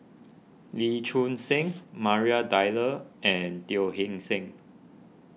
Lee Choon Seng Maria Dyer and Teo Eng Seng